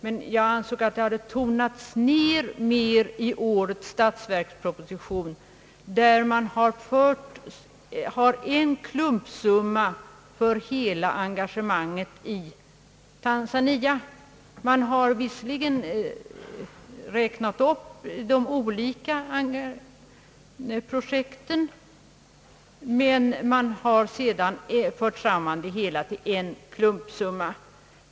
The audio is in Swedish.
Men jag ansåg att det nordiska engagemanget hade tonats ned i årets statsverksproposition, där man har en klumpsumma för hela arrangemanget i Tanzania. Man har visserligen räknat upp de olika projekten, men man har sedan fört samman anslagen till en klumpsumma.